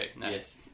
Yes